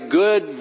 good